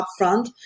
upfront